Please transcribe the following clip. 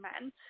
men